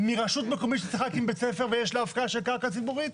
מרשות מקומית שצריכה להקים בית ספר ויש לה הפקעה של קרקע ציבורית,